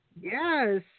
Yes